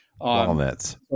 Walnuts